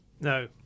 No